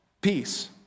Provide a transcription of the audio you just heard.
peace